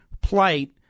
plight